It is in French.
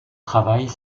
travaille